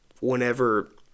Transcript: whenever